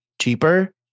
Cheaper